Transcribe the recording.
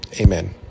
Amen